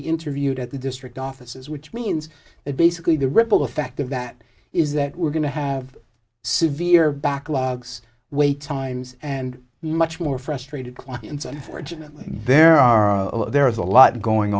be interviewed at the district offices which means that basically the ripple effect of that is that we're going to have severe backlogs wait times and much more frustrated clients unfortunately there are there is a lot going